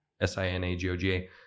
S-I-N-A-G-O-G-A